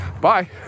Bye